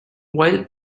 while